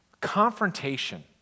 confrontation